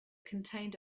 contained